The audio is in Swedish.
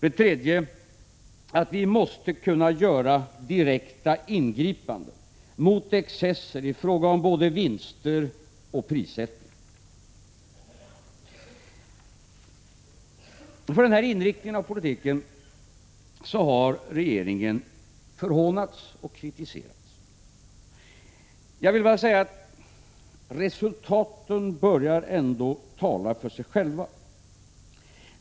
Det tredje är att vi måste kunna göra direkta ingripanden mot excesser i fråga om vinster och prissättning. För den här inriktningen av politiken har regeringen förhånats och kritiserats. Jag vill bara säga att resultatet ändå börjar tala för sig självt.